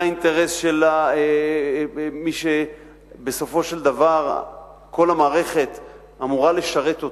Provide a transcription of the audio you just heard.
זה האינטרס של מי שבסופו של דבר כל המערכת אמורה לשרת אותו,